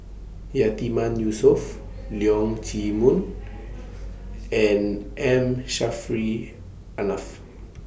Yatiman Yusof Leong Chee Mun and M Saffri A Manaf